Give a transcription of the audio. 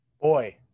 Boy